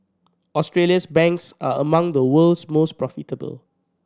Australia's banks are among the world's most profitable